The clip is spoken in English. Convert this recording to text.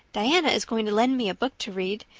diana is going to lend me a book to read.